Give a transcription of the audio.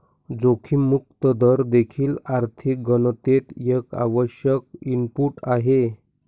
जोखीम मुक्त दर देखील आर्थिक गणनेत एक आवश्यक इनपुट आहे